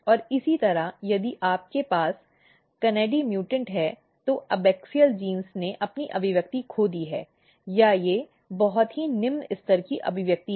और इसी तरह यदि आपके पास kanadi म्यूटेंट हैं तो एबॅक्सियल जीन ने अपनी अभिव्यक्ति खो दी है या वे बहुत ही निम्न स्तर की अभिव्यक्ति हैं